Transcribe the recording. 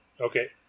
Okay